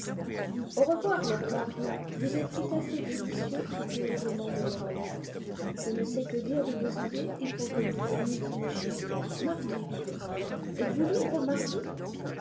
au revoir lord henry vous êtes tout à fait délicieux et terriblement démoralisant je ne sais que dire de vos idées il faut que vous veniez dîner chez nous mardi par exemple êtes-vous libre mardi